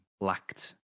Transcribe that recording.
lacked